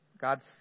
God's